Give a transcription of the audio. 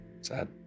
Sad